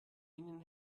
ihnen